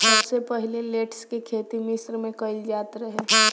सबसे पहिले लेट्स के खेती मिश्र में कईल जात रहे